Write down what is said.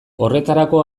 horretarako